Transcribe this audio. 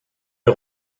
est